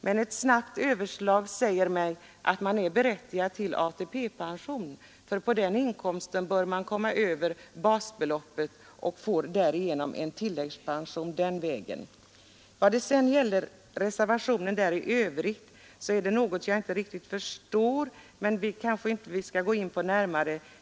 Men ett snabbt överslag säger mig att man är berättigad till ATP-pension, för på den inkomsten bör man komma över basbeloppet och får därigenom tilläggspension. Beträffande reservationen i övrigt är det något som jag inte riktigt förstår, men vi kanske inte skall gå in på det närmare.